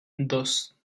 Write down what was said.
dos